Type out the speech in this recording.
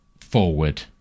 forward